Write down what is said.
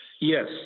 Yes